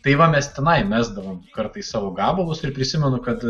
tai va mes tenai mesdavom kartais savo gabalus ir prisimenu kad